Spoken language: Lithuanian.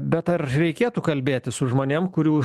bet ar reikėtų kalbėti su žmonėm kurių